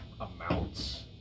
amounts